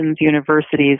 universities